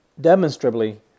demonstrably